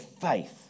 faith